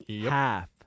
Half